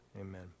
Amen